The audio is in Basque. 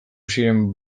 zinen